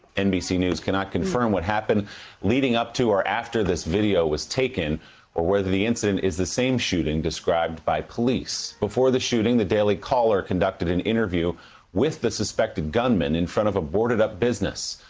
nbc news cannot confirm what happened leading up to or after this video was taken or whether the incident is the same shooting described by police. before the shooting the daily caller conducted an interview with the suspected gunman in front of a boarded up business.